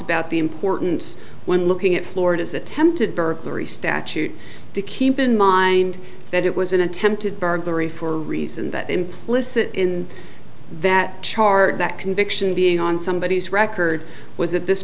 about the importance when looking at florida's attempted burglary statute to keep in mind that it was an attempted burglary for a reason that implicit in that charge that conviction being on somebodies record was that this